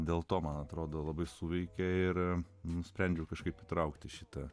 dėl to man atrodo labai suveikė ir nusprendžiau kažkaip įtraukti šitą